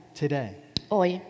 today